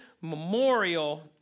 memorial